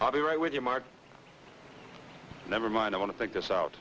i'll be right with you mark never mind i want to take this out